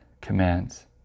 commands